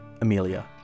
Amelia